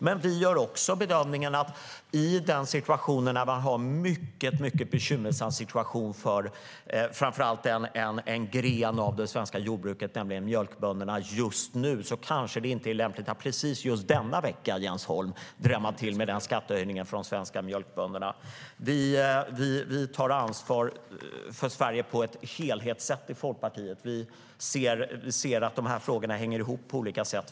Men vi gör också bedömningen att nu när särskilt en gren av det svenska jordbruket har mycket problem, nämligen mjölkbönderna, kanske det inte är lämpligt att drämma till med denna skattehöjning för svenska bönder. Vi tar ansvar för Sverige på ett helhetssätt i Folkpartiet. Vi ser att de här frågorna hänger ihop.